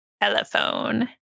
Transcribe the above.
Telephone